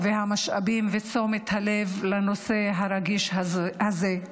המשאבים ותשומת הלב לנושא הרגיש הזה,